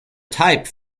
type